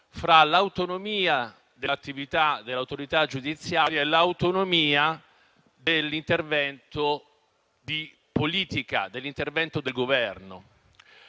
fra l'autonomia dell'attività dell'autorità giudiziaria e l'autonomia dell'intervento di politica, del Governo.